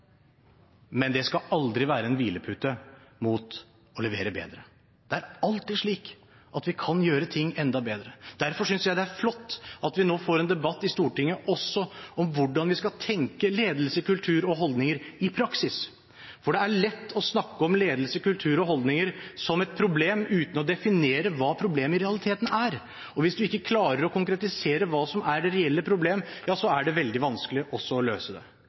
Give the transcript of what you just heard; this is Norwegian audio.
Men det skal aldri være en hvilepute opp mot å levere bedre. Det er alltid slik at vi kan gjøre ting enda bedre. Derfor synes jeg det er flott at vi nå får en debatt i Stortinget også om hvordan vi skal tenke ledelse, kultur og holdninger i praksis. Det er lett å snakke om ledelse, kultur og holdninger som et problem uten å definere hva problemet i realiteten er, og hvis man ikke klarer å konkretisere hva som er det reelle problemet, er det veldig vanskelig også å løse det.